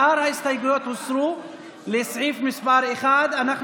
שאר ההסתייגויות לסעיף 1 הוסרו,